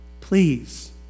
Please